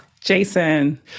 Jason